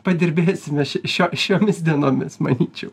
padirbėsime šio šio šiomis dienomis manyčiau